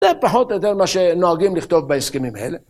זה פחות או יותר מה שנוהגים לכתוב בהסכמים האלה.